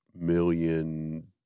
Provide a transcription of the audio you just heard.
million